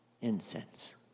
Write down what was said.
incense